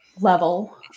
level